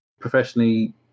professionally